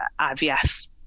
IVF